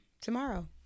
tomorrow